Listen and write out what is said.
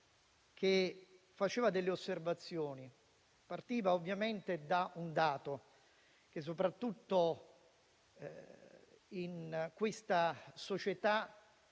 che faceva delle osservazioni partendo ovviamente da un dato: soprattutto in questa società